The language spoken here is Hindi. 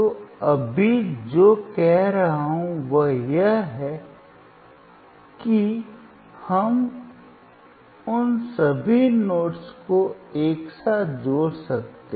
मैं अभी जो कह रहा हूं वह यह है कि हम उन सभी नोड्स को एक साथ जोड़ सकते हैं